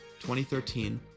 2013